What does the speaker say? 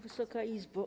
Wysoka Izbo!